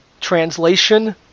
translation